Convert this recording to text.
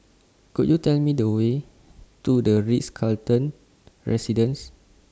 Could YOU Tell Me The Way to The Ritz Carlton Residences